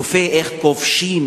צופים איך כובשים,